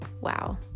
wow